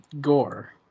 gore